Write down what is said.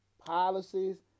policies